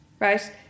right